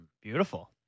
Beautiful